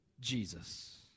Jesus